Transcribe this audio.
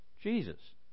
Jesus